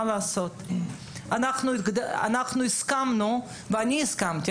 אנחנו הסכמנו ואני הסכמתי,